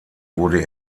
wurde